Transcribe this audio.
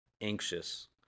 anxious